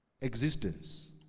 existence